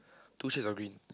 two shirts are green